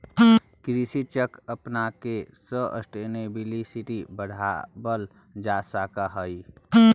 कृषि चक्र अपनाके सस्टेनेबिलिटी बढ़ावल जा सकऽ हइ